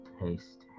taste